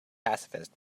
pacifist